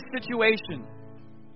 situation